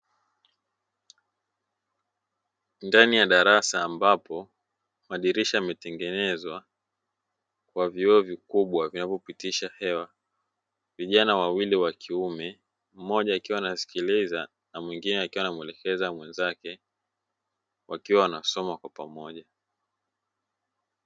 Ndani ya darasa ambapo, madirisha yametengenezwa, kwa vioo vikubwa vinavyopitisha hewa, vijana wawili wa kiume, mmoja akiwa anasikiliza, na mwingine akiwa anamwelekeza mwenzake, wakiwa wanasoma kwa pamoja.